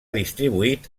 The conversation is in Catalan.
distribuït